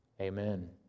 Amen